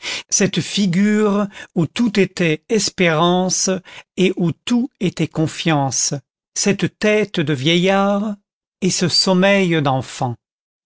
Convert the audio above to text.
cette figure où tout était espérance et où tout était confiance cette tête de vieillard et ce sommeil d'enfant